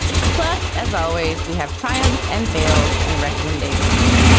plus, as always, we have triumphs and fails and recommendations.